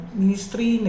ministry